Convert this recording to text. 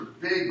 big